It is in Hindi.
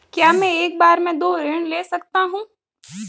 क्या मैं एक बार में दो ऋण ले सकता हूँ?